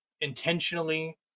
intentionally